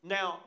Now